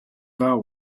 vow